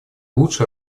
лучше